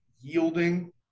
yielding